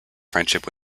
friendship